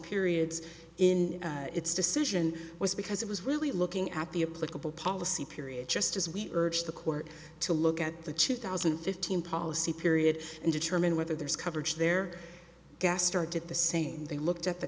periods in its decision was because it was really looking at the a political policy period just as we urge the court to look at the chief thousand and fifteen policy period and determine whether there is coverage there gas started the same they looked at the